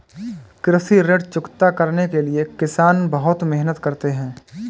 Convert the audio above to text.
कृषि ऋण चुकता करने के लिए किसान बहुत मेहनत करते हैं